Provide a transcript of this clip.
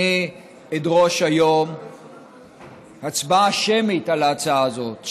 אני אדרוש היום הצבעה שמית על ההצעה הזאת,